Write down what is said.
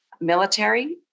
military